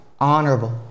honorable